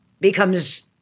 becomes